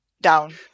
down